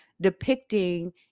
depicting